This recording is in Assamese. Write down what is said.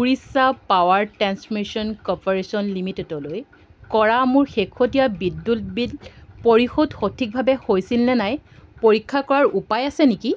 উৰিষ্যা পাৱাৰ ট্ৰেন্সমিশ্যন কৰ্পোৰেচন লিমিটেডলৈ কৰা মোৰ শেহতীয়া বিদ্যুৎ বিল পৰিশোধ সঠিকভাৱে হৈছিল নে নাই পৰীক্ষা কৰাৰ উপায় আছে নিকি